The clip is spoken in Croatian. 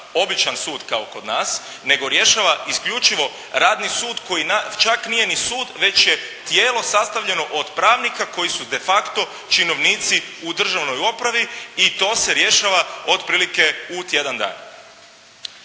običan sud kao kod nas, nego rješava isključivo radni sud koji čak nije ni sud već je tijelo sastavljeno od pravnika koji su de facto činovnici u državnoj opravi i to se rješava otprilike u tjedan dana.